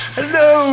hello